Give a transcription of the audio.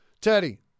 Teddy